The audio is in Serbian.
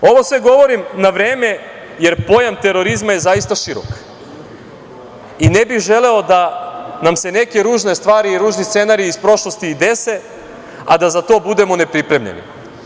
Ovo sve govorim na vreme, jer pojam terorizma je zaista širok i ne bih želeo da nam se neke ružne stvari i ružni scenariji iz prošlosti dese, a da za to budemo nepripremljeni.